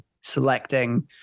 selecting